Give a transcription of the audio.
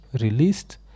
released